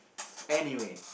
anyway